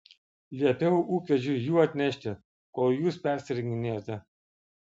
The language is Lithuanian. liepiau ūkvedžiui jų atnešti kol jūs persirenginėjote